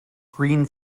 green